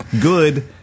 good